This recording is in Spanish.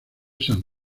san